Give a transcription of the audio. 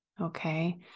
Okay